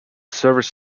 service